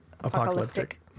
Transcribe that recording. Apocalyptic